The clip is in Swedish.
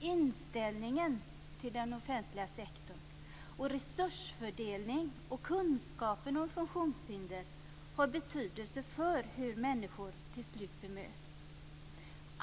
inställningen till den offentliga sektorn och resursfördelningen och kunskapen om funktionshinder har betydelse för hur människor till slut bemöts.